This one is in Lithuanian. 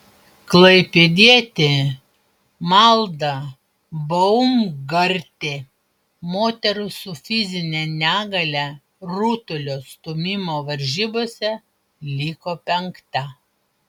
klaipėdietė malda baumgartė moterų su fizine negalia rutulio stūmimo varžybose liko penkta